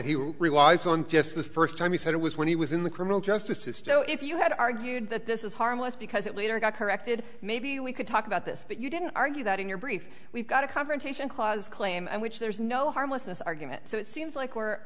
he relies on just the first time he said it was when he was in the criminal justice to stow if you had argued that this is harmless because it later got corrected maybe we could talk about this but you didn't argue that in your brief we've got a confrontation clause claim which there is no harmlessness argument so it seems like we're